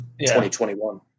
2021